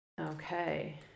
okay